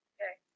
Okay